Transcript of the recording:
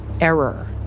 error